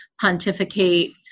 pontificate